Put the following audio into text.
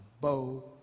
bow